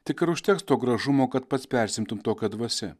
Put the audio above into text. tik ar užteks to gražumo kad pats persiimtum tokia dvasia